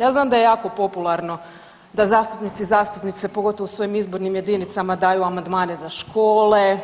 Ja znam da je jako popularno da zastupnici i zastupnice, pogotovo u svojim izbornim jedinicama daju amandmane za škole,